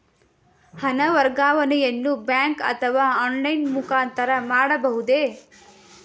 ಹಣ ವರ್ಗಾವಣೆಯನ್ನು ಬ್ಯಾಂಕ್ ಅಥವಾ ಆನ್ಲೈನ್ ಮುಖಾಂತರ ಮಾಡಬಹುದೇ?